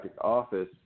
office